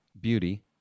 Beauty